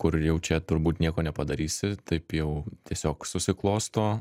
kur jau čia turbūt nieko nepadarysi taip jau tiesiog susiklosto